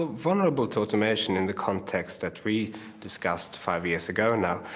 vulnerable to automation, in the context that we discussed five years ago now,